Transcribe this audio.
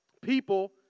People